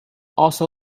also